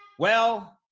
well,